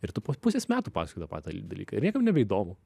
ir tu po pusės metų pasakoji tą patį dali dalyką ir niekam nebeįdomu